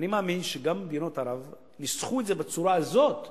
אני מאמין שגם במדינות ערב ניסחו את זה בצורה הזאת בחוכמה,